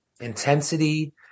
intensity